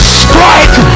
strike